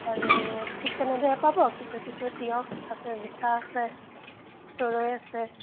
আৰু ঠিক তেনেদৰে পাব কিছু কিছু তিঁয়হ আছে জিকা আছে তৰৈ আছে